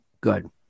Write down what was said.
good